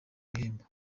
ibihembo